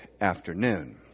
afternoon